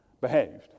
behaved